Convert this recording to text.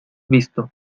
visto